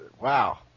wow